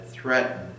threatened